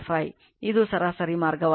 5 ಇದು ಸರಾಸರಿ ಮಾರ್ಗವಾಗಿದೆ